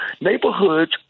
neighborhoods